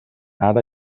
ara